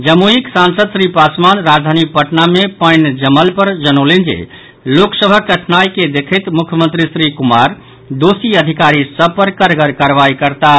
जमुईक सांसद श्री पासवान राजधानी पटना मे पानि जमल पर जनौलनि जे लोक सभक कठिनाई के देखैत मुख्यमंत्री श्री कुमार दोषी अधिकारी सभ पर कड़गर कार्रवाई करताह